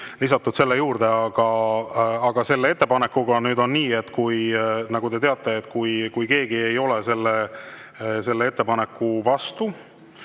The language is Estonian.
lisatud selle [eelnõu] juurde. Aga selle ettepanekuga nüüd on nii, nagu te teate, et kui keegi ei ole selle ettepaneku vastu,